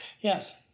Yes